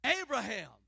Abraham